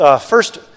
first